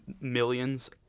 millions